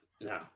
No